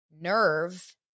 nerve